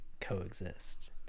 coexist